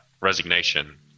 resignation